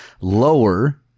lower